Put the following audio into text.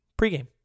pregame